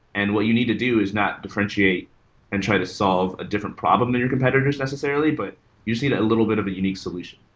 and what you need to do is not differentiate and try to solve a different problem that your competitors necessarily, but you see a little bit of a unique solution.